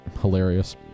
Hilarious